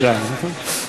נכון?